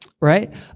right